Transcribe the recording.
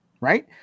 right